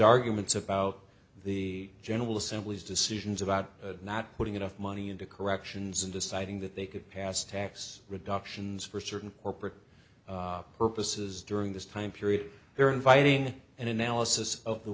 arguments about the general assembly's decisions about not putting enough money into corrections and deciding that they could pass tax reductions for certain corporate purposes during this time period they're inviting an analysis of the